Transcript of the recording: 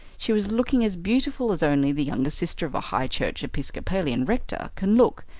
she was looking as beautiful as only the younger sister of a high church episcopalian rector can look,